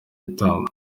igitambo